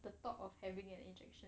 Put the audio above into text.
the thought of having an injection